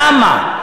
למה?